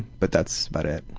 but that's about it.